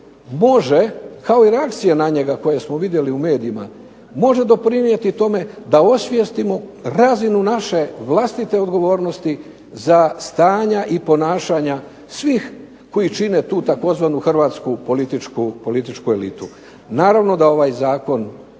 može kao i reakcije na njega koje smo vidjeli u medijima, može doprinijeti tome da osvijestimo razinu naše vlastite odgovornosti za stanja i ponašanja svih koji čine tu tzv. hrvatsku političku elitu. Naravno da ovaj zakon